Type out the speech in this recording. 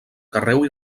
carreu